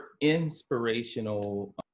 inspirational